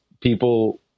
people